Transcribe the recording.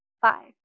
five